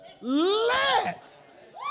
Let